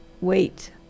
wait